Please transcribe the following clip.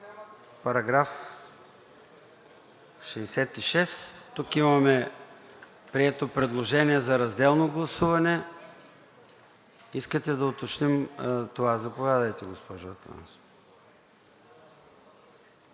е за § 66. Тук имаме прието предложение за разделно гласуване. Искате да уточним това? Заповядайте, госпожо Атанасова.